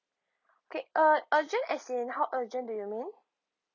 okay ur~ urgent as in how urgent do you mean